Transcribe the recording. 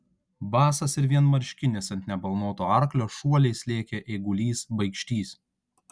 basas ir vienmarškinis ant nebalnoto arklio šuoliais lėkė eigulys baikštys